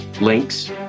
Links